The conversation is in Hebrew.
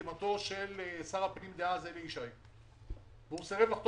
כאשר אני הגעתי לתפקיד בא אליי יושב-ראש הוועדה המחוזית צפון,